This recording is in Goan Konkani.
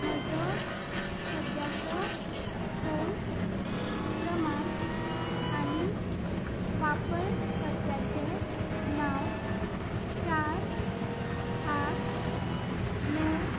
म्हजो सद्याचो फोन क्रमांक आनी वापरकर्त्याचे नांव चार आठ णव